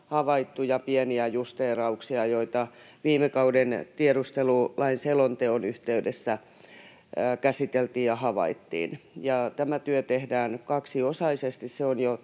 havaittuja pieniä justeerauksia, joita viime kauden tiedustelulainsäädäntöä koskevan selonteon yhteydessä käsiteltiin ja havaittiin. Tämä työ tehdään kaksiosaisesti. Se on jo,